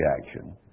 reaction